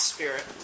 Spirit